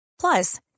Plus